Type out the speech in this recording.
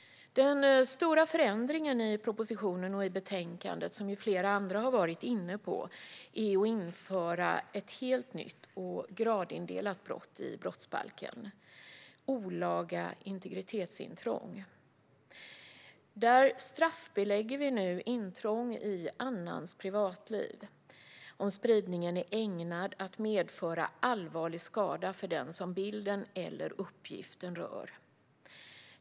Den stora förändringen i propositionen och i betänkandet är, som flera andra har varit inne på, att införa en helt ny och gradindelad brottsrubricering i brottsbalken: olaga integritetsintrång. Där straffbelägger vi nu intrång i annans privatliv om spridning av bilder och annat är ägnad att medföra allvarlig skada för den som bilden eller uppgiften rör.